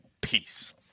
peace